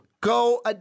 go